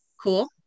Cool